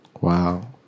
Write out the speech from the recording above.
Wow